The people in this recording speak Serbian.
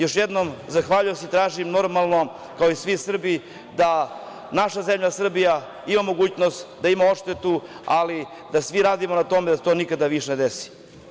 Još jednom, zahvaljujem se, i tražim normalno kao i svi Srbi da naša zemlja Srbija ima mogućnost da ima oštetu, ali da svi radimo na tome i da se to više nikada ne desi.